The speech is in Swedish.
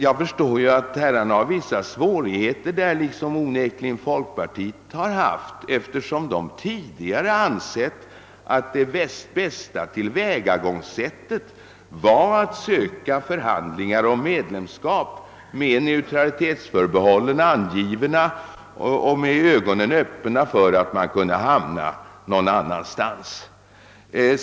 Jag förstår emellertid att herrarna har vissa svårigheter liksom onekligen folkpartiet har haft. Folkpartiet har tidigare ansett att det bästa tillvägagångssättet var att söka förhandlingar om medlemskap med neutralitetsförbehållen angivna och med ögonen öppna för att man kunde hamna någon annanstans.